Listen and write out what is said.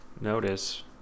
notice